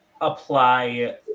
apply